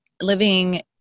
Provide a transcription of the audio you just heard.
living